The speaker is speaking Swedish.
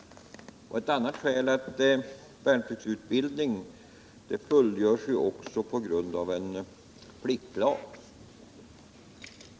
Ett annat skäl är att värnpliktsutbildning fullgörs på grund av en pliktlag.